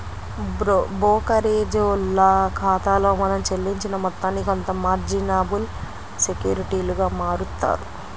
బోకరేజోల్ల ఖాతాలో మనం చెల్లించిన మొత్తాన్ని కొంత మార్జినబుల్ సెక్యూరిటీలుగా మారుత్తారు